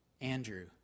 Andrew